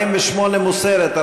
48 מוסרת.